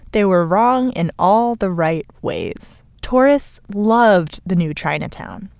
they were wrong in all the right ways. tourists loved the new chinatown.